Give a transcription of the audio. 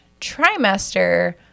trimester